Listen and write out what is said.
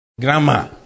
grandma